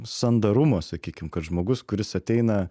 sandarumo sakykim kad žmogus kuris ateina